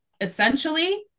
essentially